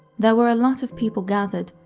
there were a lot of people gathered,